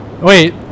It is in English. wait